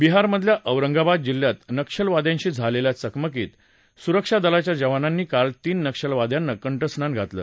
विहारमधल्या औरंगाबाद जिल्ह्यात नक्षलवाद्यांशी झालेल्या चकमकीत सुरक्षादलाच्या जवानांनी काल तीन नक्षलवाद्यांना कठर्नान घातल